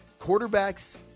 Quarterbacks